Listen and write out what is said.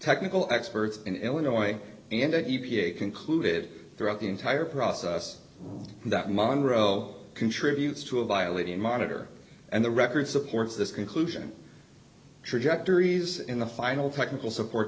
technical experts in illinois and the e p a concluded throughout the entire process that monro contributes to a violating monitor and the record supports this conclusion trajectories in the final technical support